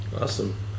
Awesome